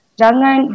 jangan